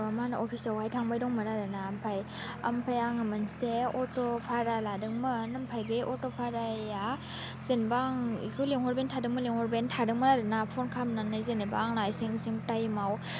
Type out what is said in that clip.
मा होनो अफिसआवहाय थांबाय दंमोन आरो ना ओमफ्राय ओमफ्राय आङो मोनसे अट' भारा लादोंमोन ओमफ्राय बे अट' भाराया जेनेबा आं बिखौ लेंहरबायानो थादोंमोन लेंहरबायानो थादोंमोन आरो ना फन खालामनानै जेनेबा आंना एसेबां एसेबां टाइमआव